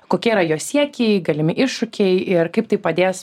kokie yra jo siekiai galimi iššūkiai ir kaip tai padės